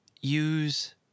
use